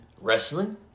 wrestling